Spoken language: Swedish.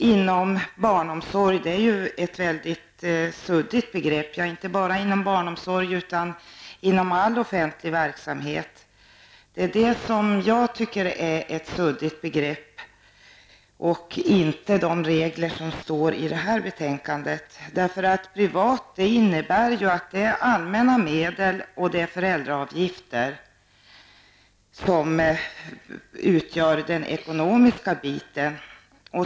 Inom barnomsorgen är ju begreppet privat mycket suddigt, liksom för övrigt inom all offentlig verksamhet. Däremot tycker jag inte att de regler som återfinns i betänkandet är suddiga. ''Privat'' innebär ju här att allmänna medel och föräldraavgifter utgör den ekonomiska basen.